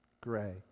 gray